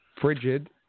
Frigid